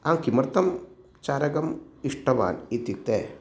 किमर्थं चरकम् इष्टवान् इत्युक्ते